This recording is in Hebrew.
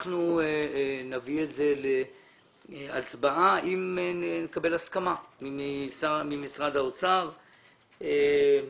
אנחנו נביא את זה להצבעה אם נקבל הסכמה ממשרד האוצר ומהנגידה.